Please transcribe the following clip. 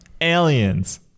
Aliens